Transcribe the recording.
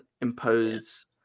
impose